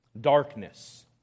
darkness